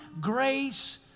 grace